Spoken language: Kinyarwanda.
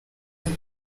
kuri